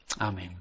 Amen